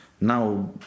now